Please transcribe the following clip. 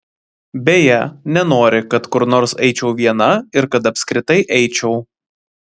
beje nenori kad kur nors eičiau viena ir kad apskritai eičiau